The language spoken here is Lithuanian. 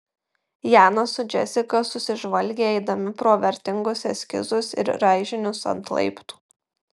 janas su džesika susižvalgė eidami pro vertingus eskizus ir raižinius ant laiptų